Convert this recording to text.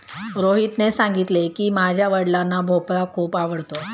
रोहितने सांगितले की, माझ्या वडिलांना भोपळा खूप आवडतो